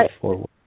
forward